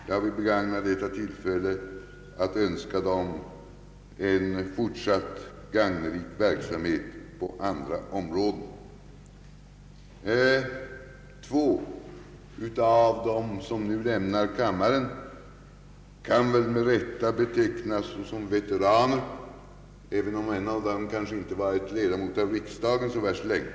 Jag vill begagna detta tillfälle att önska dem en fortsatt gagnelig verksamhet på andra områden. Två av dem som nu lämnar kammaren kan väl med rätta betecknas såsom veteraner, även om en av dem kanske inte varit ledamot av riksdagen så värst länge.